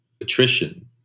Attrition